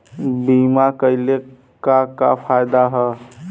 बीमा कइले का का फायदा ह?